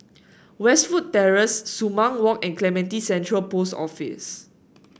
Westwood Terrace Sumang Walk and Clementi Central Post Office